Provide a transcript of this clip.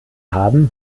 haben